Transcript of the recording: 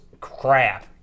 crap